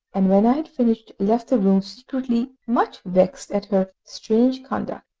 and when i had finished left the room, secretly much vexed at her strange conduct.